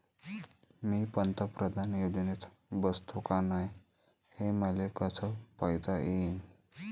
मी पंतप्रधान योजनेत बसतो का नाय, हे मले कस पायता येईन?